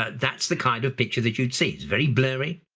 ah that's the kind of picture that you'd see. it's very blurry,